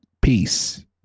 peace